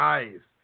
Nice